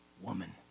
woman